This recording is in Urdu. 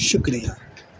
شکریہ